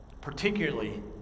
Particularly